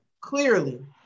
clearly